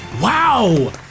Wow